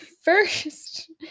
first